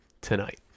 tonight